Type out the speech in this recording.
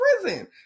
prison